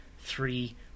three